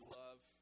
love